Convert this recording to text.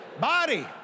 Body